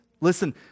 Listen